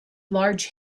large